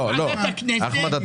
אחמד,